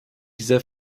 dieser